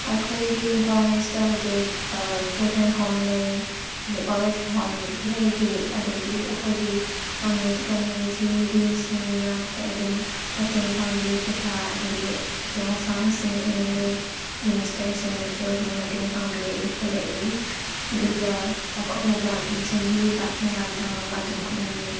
ꯑꯈꯣꯏꯒꯤ ꯏꯝꯐꯥꯜ ꯋꯦꯁꯇ ꯍꯧꯖꯤꯛ children home ꯂꯩ ꯑꯗꯩ ꯑꯣꯜ ꯑꯦꯖ ꯍꯣꯝ ꯂꯩꯔꯤ ꯑꯗꯒꯤ ꯑꯈꯣꯏꯒꯤ ꯀꯃ꯭ꯌꯨ ꯀꯃ꯭ꯌꯨꯅꯤꯇꯤ ꯃꯤꯁꯤꯡꯅ ꯄꯦ ꯑꯗꯨꯝ ꯃꯇꯦꯡ ꯄꯥꯡꯕꯤ ꯄꯩꯁꯥ ꯑꯗꯒꯤ ꯑꯆꯧ ꯑꯁꯥꯡꯁꯤꯡ ꯑꯦꯝ ꯑꯦꯜ ꯑꯦ ꯃꯤꯅꯤꯁꯇꯔꯁꯤꯡꯅꯁꯨ ꯑꯗꯨꯝ ꯃꯇꯦꯡ ꯄꯥꯡꯕꯤꯔꯏ ꯈꯣꯠꯂꯏ ꯑꯗꯨꯒ ꯆꯥꯎꯈꯠꯅꯕ ꯑꯗꯨꯝ ꯁꯦꯝꯕꯤꯕ ꯃꯌꯥꯝ ꯆꯪꯉꯒ ꯑꯗꯨꯝ ꯍꯣꯠꯅꯃꯤꯝꯃꯅꯩ